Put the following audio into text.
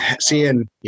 seeing